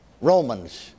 Romans